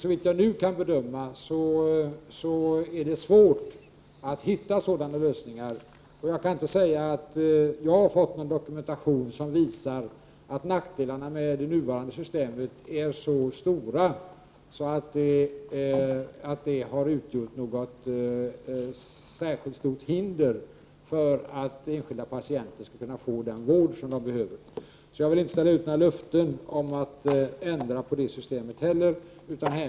Såvitt jag nu kan bedöma är det svårt att hitta sådana lösningar. Jag kan inte se att jag har fått någon dokumentation som visar att nackdelarna med det nuvarande systemet är så stora att de har utgjort något särskilt stort hinder för att den enskilde patienten skulle få den vård som den behöver. Jag vill inte ställa ut några löften om att ändra på det systemet heller, utan Prot.